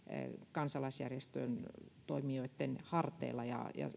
kansalaisjärjestöjen toimijoitten harteilla